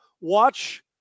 watch